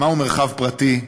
מהו מרחב פרטי,